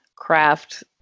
craft